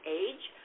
age